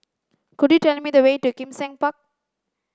could you tell me the way to Kim Seng Park